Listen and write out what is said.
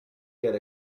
get